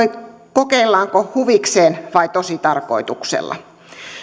kokeillaanko huvikseen vai tositarkoituksella